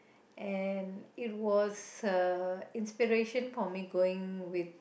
and it was a inspiration for me going with